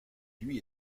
lui